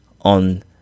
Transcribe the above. on